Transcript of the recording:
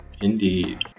Indeed